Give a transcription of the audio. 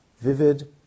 vivid